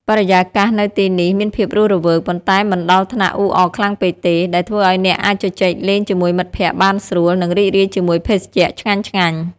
បរិយាកាសនៅទីនេះមានភាពរស់រវើក ប៉ុន្តែមិនដល់ថ្នាក់អ៊ូអរខ្លាំងពេកទេ ដែលធ្វើឱ្យអ្នកអាចជជែកលេងជាមួយមិត្តភក្តិបានស្រួល និងរីករាយជាមួយភេសជ្ជៈឆ្ងាញ់ៗ។